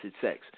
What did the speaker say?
sex